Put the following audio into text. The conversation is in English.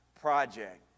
project